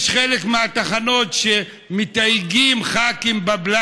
חלק מהתחנות מתייקות ח"כים ב-black